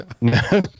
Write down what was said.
No